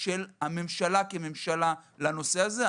של הממשלה כממשלה לנושא הזה.